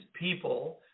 people